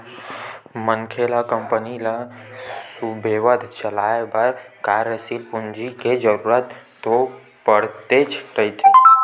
मनखे ल कंपनी ल सुबेवत चलाय बर कार्यसील पूंजी के जरुरत तो पड़तेच रहिथे